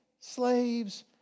slaves